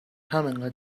همینقد